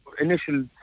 initial